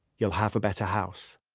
you'll have a better house